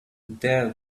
there